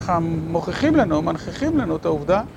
הם מוכיחים לנו, מנחיכים לנו את העובדה.